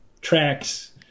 tracks